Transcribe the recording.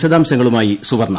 വിശദാംശങ്ങളുമായി സുവർണ്ണ